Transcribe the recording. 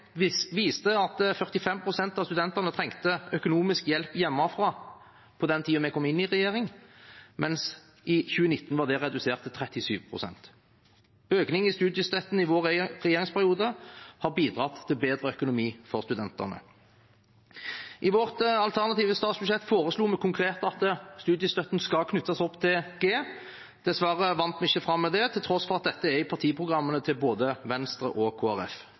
viste at 45 pst. av studentene trengte økonomisk hjelp hjemmefra på den tiden vi kom inn i regjering, mens det i 2019 var redusert til 37 pst. Økning i studiestøtten i vår regjeringsperiode har bidratt til bedre økonomi for studentene. I vårt alternative statsbudsjett foreslo vi konkret at studiestøtten skal knyttes opp til G. Dessverre vant vi ikke fram med det, til tross for at dette står i partiprogrammene til både Venstre og